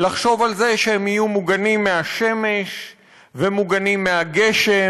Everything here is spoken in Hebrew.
לחשוב על זה שהם יהיו מוגנים מהשמש ומוגנים מהגשם,